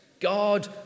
God